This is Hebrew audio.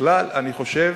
אני חושב